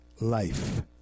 life